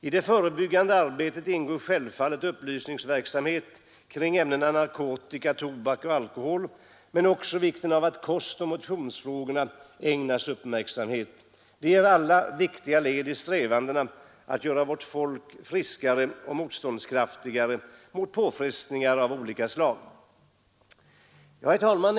I det förebyggande arbetet ingår självfallet upplysningsverksamhet kring ämnena narkotika, tobak och alkohol men också upplysning om vikten av att kostoch motionsfrågorna ägnas uppmärksamhet. De är alla viktiga led i strävandena att göra vårt folk friskare och motståndskraftigare mot påfrestningar av olika slag. Herr talman!